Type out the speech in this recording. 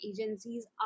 agencies